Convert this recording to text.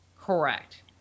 Correct